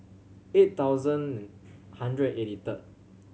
eight thousand hundred eighty third